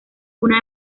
una